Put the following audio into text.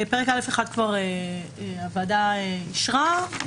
הוועדה אישרה.